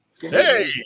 Hey